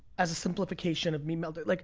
as a simplification of me, melted. like